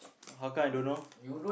how come I don't know